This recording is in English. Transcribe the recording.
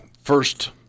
first